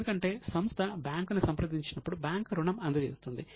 ఎందుకంటే సంస్థ బ్యాంకును సంప్రదించినప్పుడు బ్యాంకు రుణం అందజేస్తుంది